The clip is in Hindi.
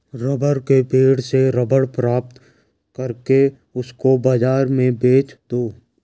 रबर के पेड़ से रबर प्राप्त करके उसको बाजार में बेच दो